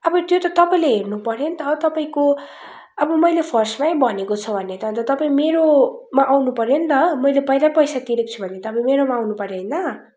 अब त्यो त तपाईँले हेर्नु पऱ्यो त तपाईँको अब मैले फर्स्टमै भनेको छ भने त अन्त तपाईँ मेरोमा आउनु पऱ्यो त मैले पहिलै पैसा तिरेको छु भने त अब मेरोमा आउनु पऱ्यो होइन